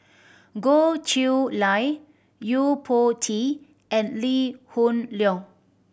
Goh Chiew Lye Yo Po Tee and Lee Hoon Leong